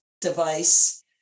device